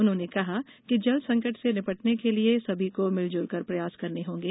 उन्होंने कहा कि जल संकट से निपटने के लिये सभी को मिलजुलकर प्रयास करने होंगे